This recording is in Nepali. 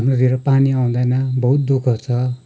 हाम्रोतिर पानी आउँदैन बहुत दु ख छ